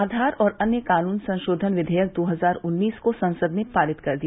आधार और अन्य कानून संशोधन विधेयक दो हजार उन्नीस को संसद ने पारित कर दिया